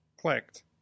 clicked